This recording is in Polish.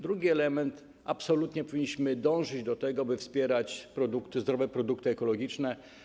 Drugi element: absolutnie powinniśmy dążyć do tego, by wspierać zdrowe produkty ekologiczne.